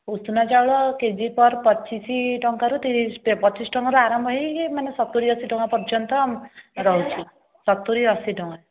ଉଷୁନା ଚାଉଳ K G per ପଚିଶ ଟଙ୍କାରୁ ତିରିଶ ପଚିଶ ଟଙ୍କାରୁ ଆରମ୍ଭ ହୋଇକି ମାନେ ସତୁରି ଅଶୀ ଟଙ୍କା ପର୍ଯ୍ୟନ୍ତ ରହୁଛି ସତୁରି ଅଶୀ ଟଙ୍କା